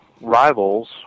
rivals